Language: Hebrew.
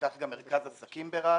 ייפתח גם מרכז עסקים ברהט.